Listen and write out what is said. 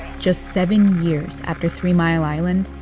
just seven years after three mile island,